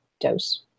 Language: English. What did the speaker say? dose